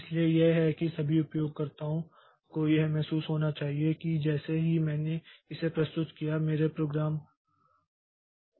इसलिए यह है कि सभी उपयोगकर्ताओं को यह महसूस होना चाहिए कि जैसे ही मैंने इसे प्रस्तुत किया है मेरे प्रोग्राम का ध्यान रखा गया है